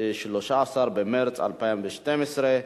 13 במרס 2012,